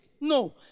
No